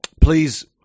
please